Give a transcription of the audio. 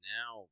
now